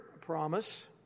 promise